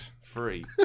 free